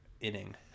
inning